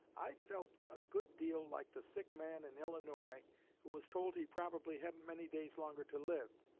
i felt a good deal like the sick man in illinois who was told he probably hadn't many days longer to live,